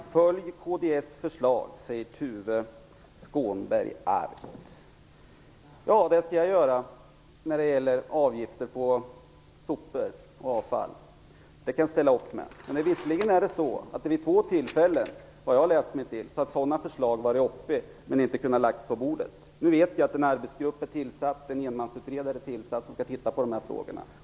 Herr talman! "Följ kds förslag" säger Tuve Skånberg argt. Det skall jag göra när det gäller avgifter på sopor och avfall. Det kan jag ställa upp med. Jag har visserligen läst mig till att sådana förslag har tagits upp vid två tillfällen utan att kunna läggas på bordet. Nu vet jag att en enmansutredare skall titta på dessa frågor.